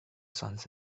sons